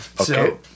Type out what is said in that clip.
Okay